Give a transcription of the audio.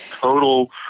total